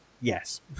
Yes